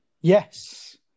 Yes